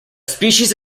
species